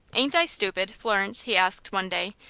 ain't i stupid, florence? he asked one day,